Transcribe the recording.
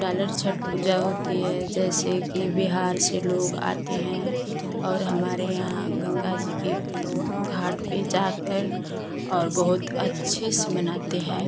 डाला छठ पूजा होती है जैसे कि बिहार से लोग आते हैं और हमारे यहाँ गंगा जी की घाट पर जाकर और बहुत अच्छे से मनाते हैं